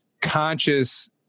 conscious